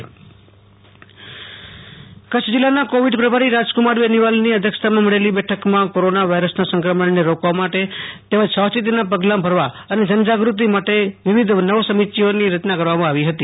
આશુ તોષ Antani Kutch covid સમિક્ષા બેઠક કચ્છ જીલ્લાના કોવિડ પ્રભારી રાજકુમાર બેનિવાલની અધ્યક્ષતામાં મળેલી બેઠકમાં કોરોના વાયરસના સંક્રમણને રોકવા તેમજ સાવચેતીનાં પગલાં ભરવા અને જનજાગૃતિ માટે વિવિધ નવ સમિતિઓની રચના કરવામાં આવી છે